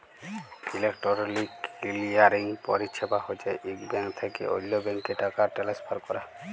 electronic clearing পরিছেবা হছে ইক ব্যাংক থ্যাইকে অল্য ব্যাংকে টাকা টেলেসফার ক্যরা